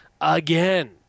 Again